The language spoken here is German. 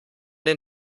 den